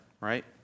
right